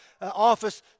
Office